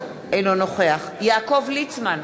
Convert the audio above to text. אינו נוכח יעקב ליצמן,